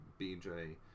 BJ